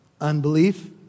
Unbelief